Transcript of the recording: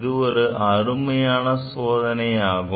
இது ஒரு அருமையான சோதனை ஆகும்